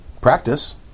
practice